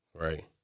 Right